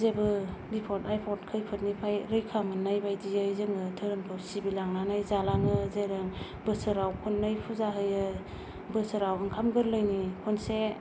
जेबो बिफद आफोद खैफोदनिफ्राय रैखा मोननाय बायदियै जोङो धोरोमखौ सिबिलांनानै जालाङो जेरै बोसोराव खननै फुजा होयो बोसोराव ओंखाम गोरलैनि खनसे